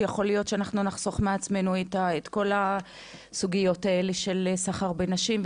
יכול להיות שאנחנו נחסוך מעצמנו את כל הסוגיות האלה של סחר בנשים,